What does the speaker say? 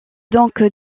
donc